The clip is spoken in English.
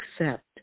accept